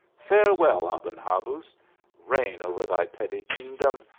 farewell, aben habuz reign over thy petty kingdom,